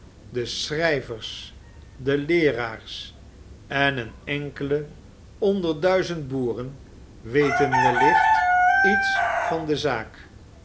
de schrijvers de leeraars en een enkele onder duizend boeren weten wellicht iets van de zaak